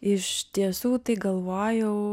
iš tiesų tai galvojau